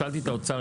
שאלתי את האוצר.